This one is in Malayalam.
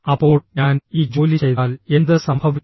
അപ്പോൾ ഞാൻ ഈ ജോലി ചെയ്താൽ എന്ത് സംഭവിക്കും